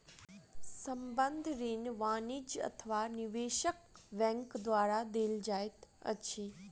संबंद्ध ऋण वाणिज्य अथवा निवेशक बैंक द्वारा देल जाइत अछि